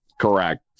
correct